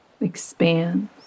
expands